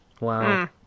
Wow